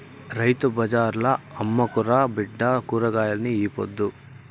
రైతు బజార్ల అమ్ముకురా బిడ్డా కూరగాయల్ని ఈ పొద్దు